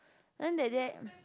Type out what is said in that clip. then that day